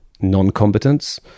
non-combatants